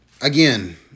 Again